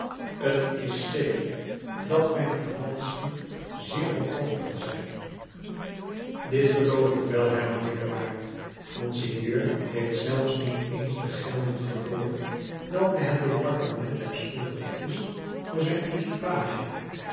t is zeker dat mijn financiën zeer bekrompen zijn dit geloof ik wel hernam magloire monseigneur heeft zelfs niet eens de gelden gevorderd welke het departement hem schuldig is voor zijn